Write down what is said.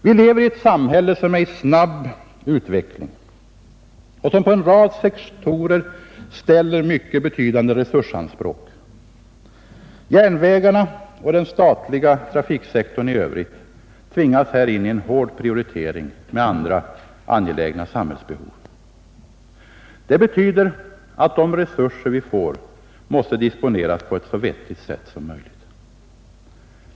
Vi lever i ett samhälle, som är i snabb utveckling och som på en rad sektorer ställer mycket betydande resursanspråk. Järnvägarna och den statliga trafiksektorn i övrigt tvingas härigenom arbeta i konkurrens med andra angelägna och hårt prioriterade samhällsbehov. Det betyder att de resurser vi får måste disponeras på ett så vettigt sätt som möjligt.